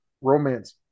romance